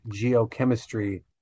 geochemistry